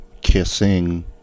kissing